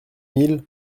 mille